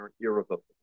irrevocable